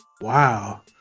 Wow